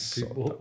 People